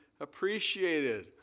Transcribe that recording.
appreciated